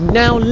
now